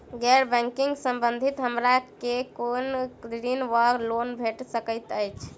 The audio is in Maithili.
गैर बैंकिंग संबंधित हमरा केँ कुन ऋण वा लोन भेट सकैत अछि?